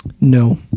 No